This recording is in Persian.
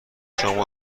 شما